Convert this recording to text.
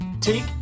Take